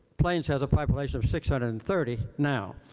plains has a population of six hundred and thirty now.